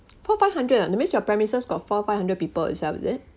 four five hundred ah that means your premises got four five hundred people itself is it